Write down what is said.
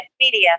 Media